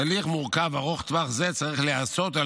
תהליך מורכב וארוך טווח זה צריך להיעשות על